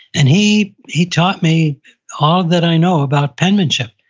and he he taught me all that i know about penmanship.